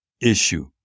issue